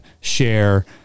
share